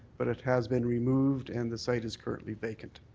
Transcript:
but it has been removed, and the site is currently vacant.